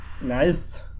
Nice